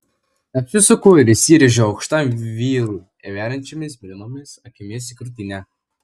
apsisuku ir įsirėžiu aukštam vyrui veriančiomis mėlynomis akimis į krūtinę